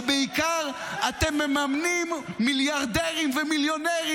ובעיקר אתם מממנים מיליארדרים ומיליונרים